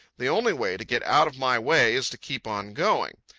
the only way to get out of my way is to keep on going.